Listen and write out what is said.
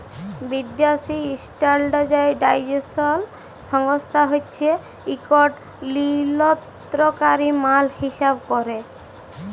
বিদ্যাসি ইস্ট্যাল্ডার্ডাইজেশল সংস্থা হছে ইকট লিয়লত্রলকারি মাল হিঁসাব ক্যরে